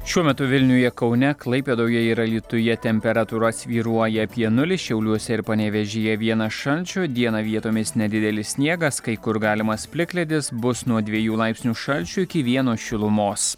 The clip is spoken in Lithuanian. šiuo metu vilniuje kaune klaipėdoje ir alytuje temperatūra svyruoja apie nulį šiauliuose ir panevėžyje vienas šalčio dieną vietomis nedidelis sniegas kai kur galimas plikledis bus nuo dviejų laipsnių šalčio iki vieno šilumos